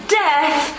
death